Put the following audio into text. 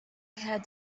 had